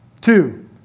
Two